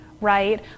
right